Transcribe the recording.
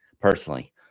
personally